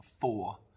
four